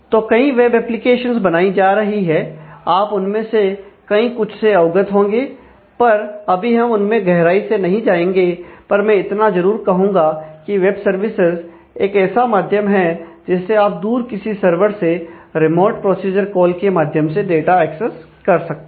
तो कई web applications बनाई जा रही हैं आप उनमें से कई कुछ से अवगत होंगे पर अभी हम उनमें गहराई से नहीं जाएंगे पर मैं इतना जरूर कहूंगा की वेब सर्विसेज एक ऐसा माध्यम है जिससे आप दूर किसी सर्वर से रिमोट प्रोसीजर कॉल के माध्यम से डाटा एक्सेस कर सकते हैं